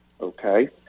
okay